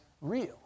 real